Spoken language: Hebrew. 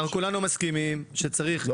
אנחנו כולנו מסכימים שצריך,